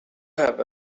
have